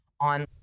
on